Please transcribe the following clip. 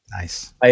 Nice